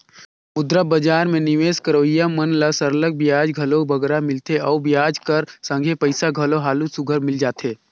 मुद्रा बजार में निवेस करोइया मन ल सरलग बियाज घलो बगरा मिलथे अउ बियाज कर संघे पइसा घलो हालु सुग्घर मिल जाथे